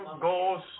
goes